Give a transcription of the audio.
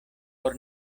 por